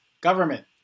government